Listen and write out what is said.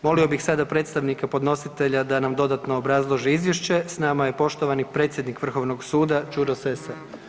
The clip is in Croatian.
Molio bih sada predstavnika podnositelja da nam dodatno obrazloži izvješće, s nama je poštovani predsjednik Vrhovnog suda Đuro Sessa.